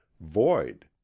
void